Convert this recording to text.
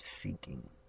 seeking